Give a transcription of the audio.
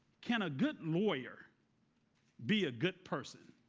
can a good lawyer be a good person?